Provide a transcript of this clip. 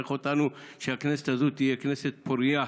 שתברך אותנו שהכנסת הזאת תהיה כנסת פורייה,